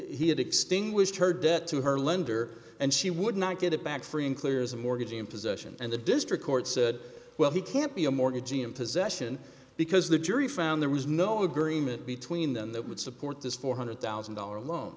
he had extinguished her debt to her lender and she would not get it back free and clear as a mortgage imposition and the district court said well he can't be a mortgagee in possession because the jury found there was no agreement between them that would support this four hundred thousand dollar loan